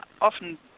often